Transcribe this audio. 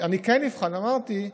אמרתי,